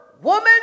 woman